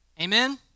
Amen